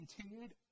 continued